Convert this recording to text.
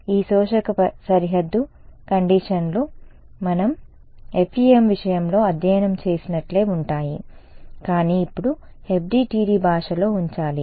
ఈ శోషక సరిహద్దు కండీషన్లు మనం FEM విషయంలో అధ్యయనం చేసినట్లే ఉంటాయి కానీ ఇప్పుడు FDTD భాషలో ఉంచాలి